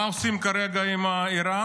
מה עושים כרגע עם איראן?